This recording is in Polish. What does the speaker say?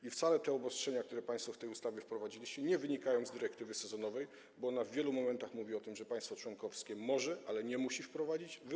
I wcale te obostrzenia, które państwo w tej ustawie wprowadziliście, nie wynikają z dyrektywy sezonowej, bo ona w wielu momentach mówi o tym, że państwo członkowskie może je wprowadzić, ale nie musi.